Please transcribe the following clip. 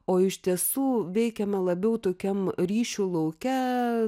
o iš tiesų veikiame labiau tokiam ryšių lauke